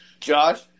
Josh